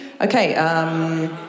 okay